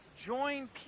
join